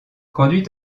conduit